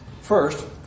First